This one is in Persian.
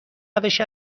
روش